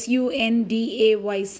Sunday